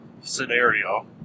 scenario